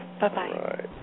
Bye-bye